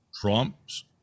Trump's